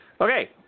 Okay